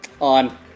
on